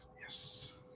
Yes